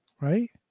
right